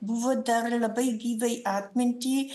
buvo dar labai gyvai atminty